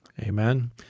Amen